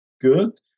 good